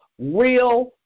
real